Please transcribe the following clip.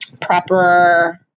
proper